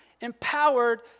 empowered